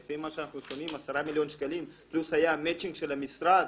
לפי מה שאנחנו שומעים 10 מיליון שקלים פלוס המצ'ינג של המשרד